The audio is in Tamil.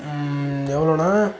எவ்வளோன்னா